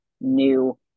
new